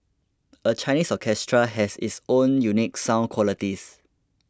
a Chinese orchestra has its own unique sound qualities